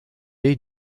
est